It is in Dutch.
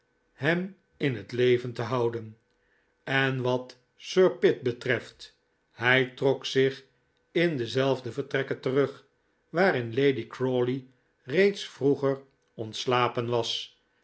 hem in het leven te houden en wat sir pitt betreft hij trok zich in dezelfde vertrekken terug waarin lady crawley reeds vroeger ontslapen was